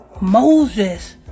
Moses